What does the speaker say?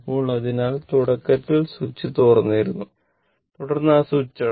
അതിനാൽ തുടക്കത്തിൽ സ്വിച്ച് തുറന്നിരുന്നു തുടർന്ന് അത് അടച്ചു